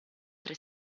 tre